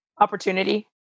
Opportunity